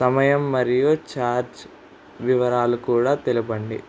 సమయం మరియు ఛార్జ్ వివరాలు కూడా తెలపండి